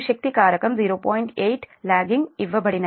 8 logging ఇవ్వబడినది